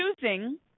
choosing